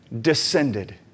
descended